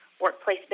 workplace